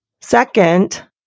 Second